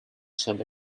shop